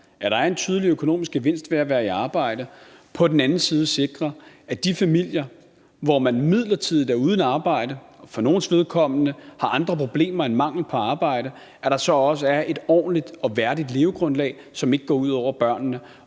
side er en tydelig økonomisk gevinst ved at være i arbejde, og på den anden side, at de familier, hvor man midlertidigt er uden arbejde – og for nogles vedkommende har andre problemer end mangel på arbejde – har et ordentligt og værdigt levegrundlag, som ikke går ud over børnene.